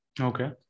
okay